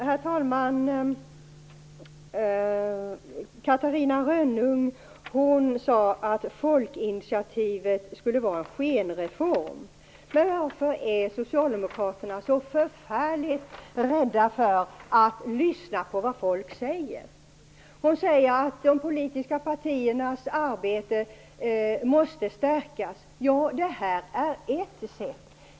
Herr talman! Catarina Rönnung sade att folkinitiativet skulle vara en skenreform. Varför är Socialdemokraterna så förfärligt rädda för att lyssna på vad folk säger? Catarina Rönnung säger att de politiska partiernas arbete måste stärkas. Ja, det här är ett sätt.